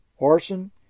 arson